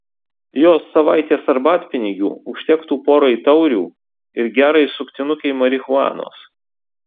jos savaitės arbatpinigių užtektų porai taurių ir gerai suktinukei marihuanos